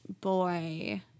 boy